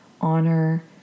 honor